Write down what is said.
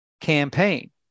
campaign